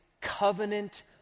covenant